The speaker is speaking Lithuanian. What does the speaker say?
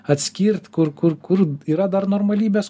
atskirt kur kur kur yra dar normalybės